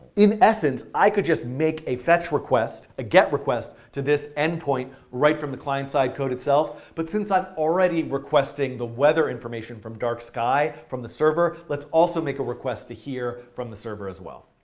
in essence, i could just make a fetch request, a get request, to this endpoint, right from the client-side code itself. but since i'm already requesting the weather information from dark sky, from the server, let's also make a request to here from the server, as well.